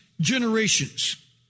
generations